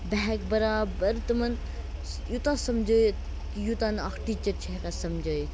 بہٕ ہیٚکہٕ بَرابَر تِمَن یوٗتاہ سَمجٲوِتھ یوٗتاہ نہٕ اکھ ٹیٖچَر چھُ ہیٚکان سَمجٲوِتھ